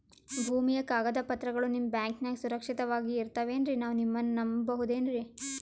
ಭೂಮಿಯ ಕಾಗದ ಪತ್ರಗಳು ನಿಮ್ಮ ಬ್ಯಾಂಕನಾಗ ಸುರಕ್ಷಿತವಾಗಿ ಇರತಾವೇನ್ರಿ ನಾವು ನಿಮ್ಮನ್ನ ನಮ್ ಬಬಹುದೇನ್ರಿ?